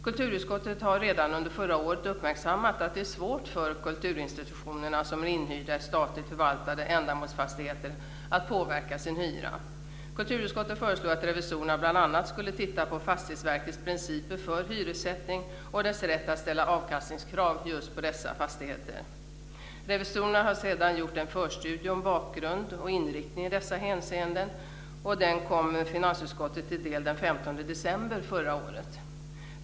Kulturutskottet har redan under förra året uppmärksammat att det är svårt för kulturinstitutioner som är inhyrda i statligt förvaltade ändamålsfastigheter att påverka sin hyra. Kulturutskottet föreslog att revisorerna bl.a. skulle titta närmare på Fastighetsverkets principer för hyressättning och dess rätt att ställa avkastningskrav på just dessa fastigheter. Revisorerna har sedan gjort en förstudie om bakgrund och inriktning i dessa hänseenden, och den kom finansutskottet till del den 15 december förra året.